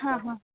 हां हां